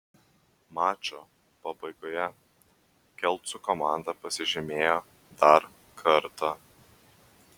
mačo pabaigoje kelcų komanda pasižymėjo dar kartą